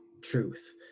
truth